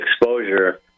exposure